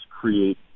create